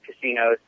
casinos